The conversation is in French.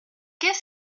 qu’est